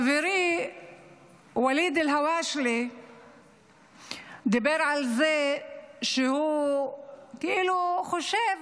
חברי ואליד אלהואשלה דיבר על זה שהוא כאילו חושב